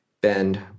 bend